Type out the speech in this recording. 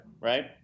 right